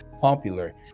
popular